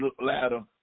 ladder